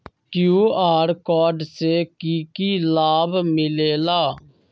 QR code से कि कि लाव मिलेला?